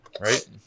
Right